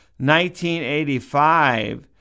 1985